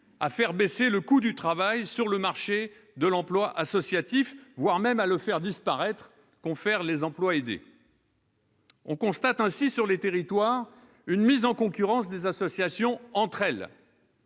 à la baisse du coût du travail sur le marché de l'emploi associatif, voire à sa disparition. Je pense aux emplois aidés. On constate ainsi sur les territoires une mise en concurrence des associations entre elles,